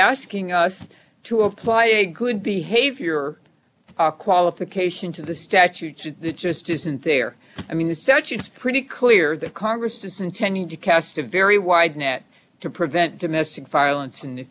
asking us to apply a good behavior a qualification to the statute just isn't there i mean as such it's pretty clear that congress is intending to cast a very wide net to prevent domestic violence in the